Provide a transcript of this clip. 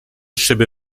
szyby